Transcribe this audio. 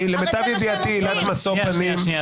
זה בדיוק מה שהם עושים, גם היום.